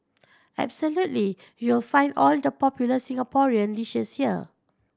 absolutely you'll find all the popular Singaporean dishes here